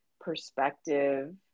perspective